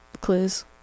clues